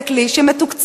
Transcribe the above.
זה כלי שמתוקצב.